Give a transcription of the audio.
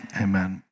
Amen